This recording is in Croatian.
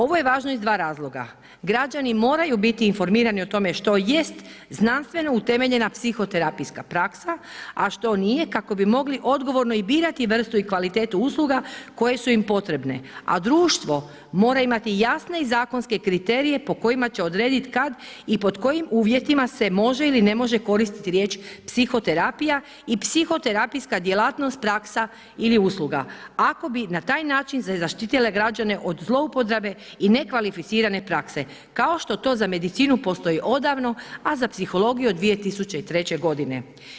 Ovo je važno iz dva razloga, građani moraju biti informirani o tome što jest znanstveno utemeljena psihoterapijska praksa a što nije kako bi mogli odgovorno i birati vrstu i kvalitetu usluga koje su im potrebne a društvo mora imati jasne i zakonske kriterije po kojima će odrediti kad i pod kojim uvjetima se može ili ne može koristiti riječ psihoterapija i psihoterapijska djelatnost, praksa ili usluga ako bi na taj način se zaštitile građane od zlouporabe i nekvalificirane prakse kao što za medicinu postoji odavno a za psihologiju od 2003. godine.